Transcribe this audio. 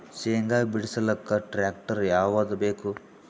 ಶೇಂಗಾ ಬಿಡಸಲಕ್ಕ ಟ್ಟ್ರ್ಯಾಕ್ಟರ್ ಯಾವದ ಬೇಕು?